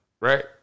right